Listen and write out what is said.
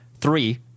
Three